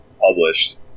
published